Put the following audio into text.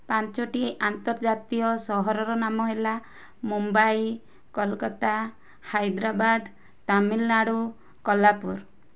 ପାଞ୍ଚୋଟି ଆନ୍ତର୍ଜାତୀୟ ସହରର ନାମ ହେଲା ମୁମ୍ବାଇ କୋଲକାତା ହାଇଦ୍ରାବାଦ୍ ତାମିଲନାଡ଼ୁ କଲାପୁର୍